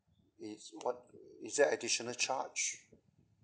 it's what is there additional charge